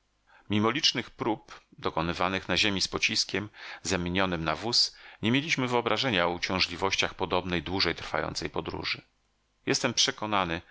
mimo licznych prób dokonywanych na ziemi z pociskiem zamienionym na wóz nie mieliśmy wyobrażenia o uciążliwościach podobnej dłużej trwającej podróży jestem przekonany